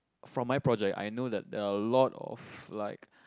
from my project I know that there are a lot of like